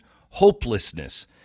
hopelessness